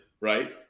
right